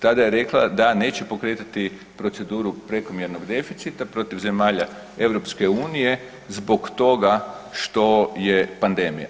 Tada je rekla da neće pokretati proceduru prekomjernog deficita protiv zemalja EU zbog toga što je pandemija.